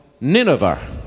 Nineveh